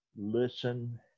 listen